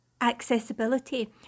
accessibility